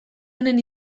honen